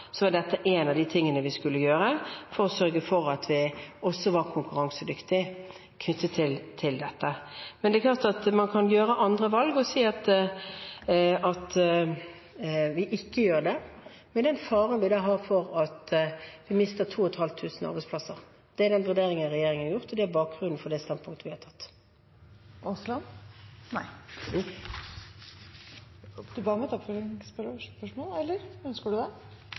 var dette en av de tingene vi skulle gjøre for å sørge for at vi også var konkurransedyktig. Det er klart at man kan ta andre valg og si at vi ikke gjør det, men da med fare for at vi mister 2 500 arbeidsplasser. Det er den vurderingen regjeringen har foretatt, og det er bakgrunnen for det standpunktet vi har tatt.